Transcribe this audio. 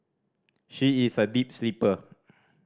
she is a deep sleeper